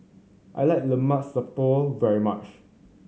I like Lemak Siput very much